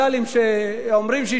שאומרים שישפר,